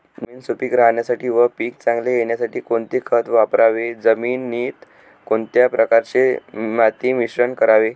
जमीन सुपिक राहण्यासाठी व पीक चांगले येण्यासाठी कोणते खत वापरावे? जमिनीत कोणत्या प्रकारचे माती मिश्रण करावे?